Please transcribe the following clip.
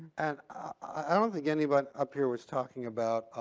and i don't think anyone up here was talking about